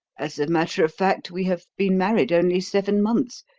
as a matter of fact, we have been married only seven months.